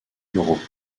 n’auront